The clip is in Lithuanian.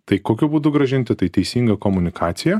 tai kokiu būdu grąžinti tai teisinga komunikacija